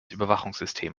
überwachungssystem